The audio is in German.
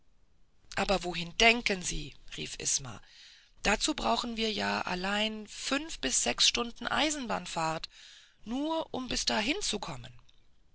aber wohin denken sie rief isma dazu brauchen wir ja allein fünf bis sechs stunden eisenbahnfahrt um nur bis hin zu